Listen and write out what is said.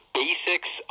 basics